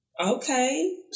Okay